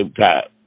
time